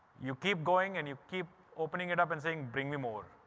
you keep going and you keep opening it up and saying, bring me more,